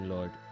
Lord